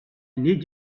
need